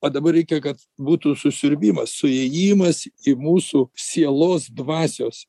o dabar reikia kad būtų susiurbimas suėjimas į mūsų sielos dvasios